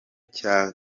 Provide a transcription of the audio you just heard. cya